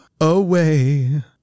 away